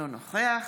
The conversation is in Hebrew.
אינו נוכח